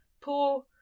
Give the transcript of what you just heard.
poor